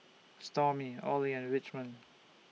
Stormy Olie and Richmond